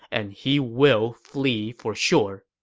and he will flee for sure.